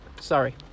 sorry